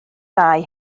rai